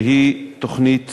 שהיא תוכנית